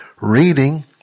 reading